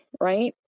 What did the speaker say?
right